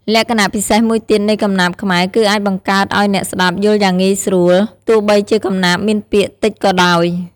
លក្ខណៈពិសេសមួយទៀតនៃកំណាព្យខ្មែរគឺអាចបង្កើតឲ្យអ្នកស្តាប់យល់យ៉ាងងាយ ស្រួល ទោះបីជាកំណាព្យមានពាក្យតិចក៏ដោយ។